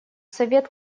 совет